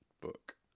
book